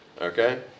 Okay